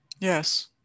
Yes